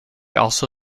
also